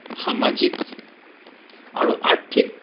সামাজিক আৰু আৰ্থিক